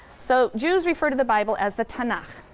so jews refer to the bible as the tanakh.